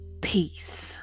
Peace